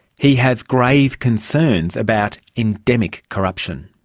he has grave concerns about endemic corruption.